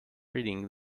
reading